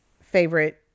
favorite